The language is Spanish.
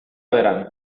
verán